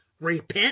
Repent